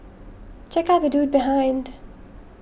check out the dude behind